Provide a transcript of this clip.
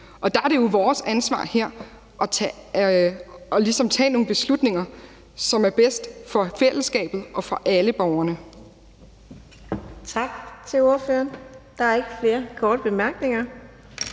og der er det jo vores ansvar her at tage nogle beslutninger, som er bedst for fællesskabet og for alle borgerne. Kl. 15:43 Fjerde næstformand (Karina